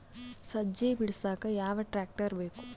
ಸಜ್ಜಿ ಬಿಡಸಕ ಯಾವ್ ಟ್ರ್ಯಾಕ್ಟರ್ ಬೇಕು?